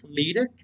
comedic